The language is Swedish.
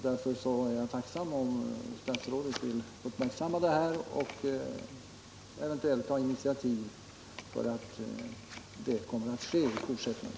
Därför vore jag tacksam om statsrådet ville uppmärksamma detta och eventuellt ta initiativ för att så kommer att ske i fortsättningen.